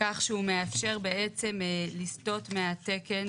כך שהוא מאפשר בעצם לסתות מתקן